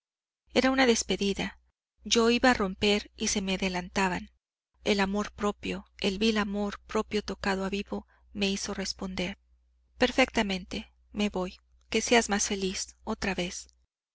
era una despedida yo iba a romper y se me adelantaban el amor propio el vil amor propio tocado a vivo me hizo responder perfectamente me voy que seas más feliz otra vez